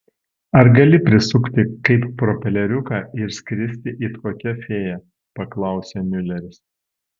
ar gali prisukti kaip propeleriuką ir skristi it kokia fėja paklausė miuleris